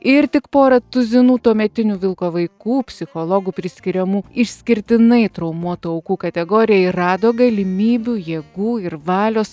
ir tik porą tuzinų tuometinių vilko vaikų psichologų priskiriamų išskirtinai traumuotų aukų kategorijai rado galimybių jėgų ir valios